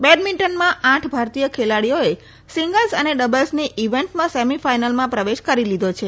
બેડમિન્ટનમાં આઠ ભારતીય ખેલાડીઓએ સિંગલ્સ અને ડબલ્સની ઇવેન્ટમાં સેમીફાઇનલમાં પ્રવેશ કરી લીધો છે